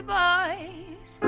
boys